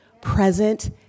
present